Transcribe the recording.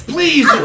Please